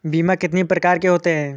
बीमा कितनी प्रकार के होते हैं?